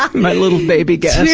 ah my little baby guest.